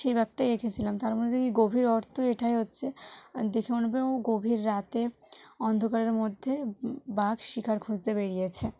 সেই বাঘটাই এঁকেছিলাম তার মানে হচ্ছে কী গভীর অর্থ এটাই হচ্ছে দেখে মনে হবে ও গভীর রাতে অন্ধকারের মধ্যে বাঘ শিকার খুঁজতে বেরিয়েছে